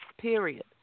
period